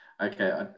Okay